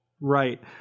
Right